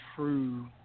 True